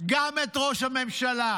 גם את ראש הממשלה,